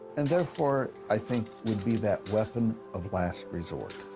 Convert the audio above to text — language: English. and therefore, i think, would be that weapon of last resort,